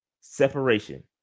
separation